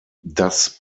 das